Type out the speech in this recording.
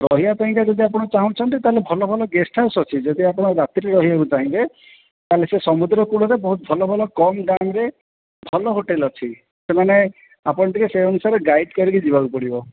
ରହିବା ପାଇଁ ଯଦି ଆପଣ ଚାହୁଁଛନ୍ତି ତାହେଲେ ଭଲ ଭଲ ଗେଷ୍ଟ ହାଉସ ଅଛି ଯଦି ଆପଣ ରାତିରେ ରହିବାକୁ ଚାହିଁବେ ତାହେଲେ ସେ ସମୁଦ୍ର କୂଳରେ ବହୁତ ଭଲ ଭଲ କମ୍ ଦାମ ରେ ଭଲ ହୋଟେଲ ଅଛି ସେମାନେ ଆପଣ ଟିକେ ସେ ଅନୁସାରେ ଗାଇଡ଼ କରିକିଯିବାକୁ ପଡ଼ିବ